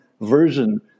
version